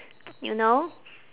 you know